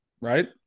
right